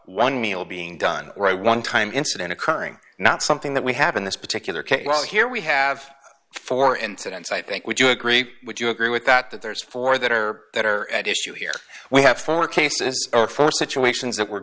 one meal being done right one time incident occurring not something that we have in this particular case while here we have four incidents i think would you agree would you agree with that that there's four that are that are at issue here we have four cases or four situations that were